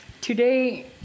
Today